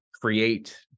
create